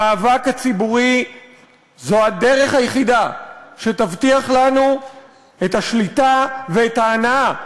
המאבק הציבורי הוא הדרך היחידה שתבטיח לנו את השליטה ואת ההנאה,